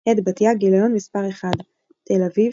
הד בתיה, גיליון מס' 1. תל אביב.